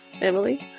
emily